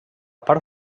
part